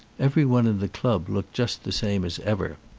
everyone in the club looked just the same as ever.